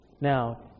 now